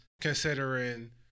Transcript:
considering